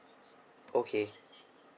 okay